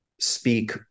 speak